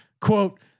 quote